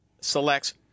selects